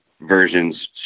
versions